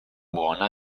buona